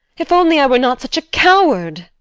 if only i were not such a coward!